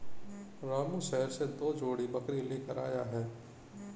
रामू शहर से दो जोड़ी बकरी लेकर आया है